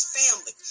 family